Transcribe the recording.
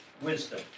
wisdom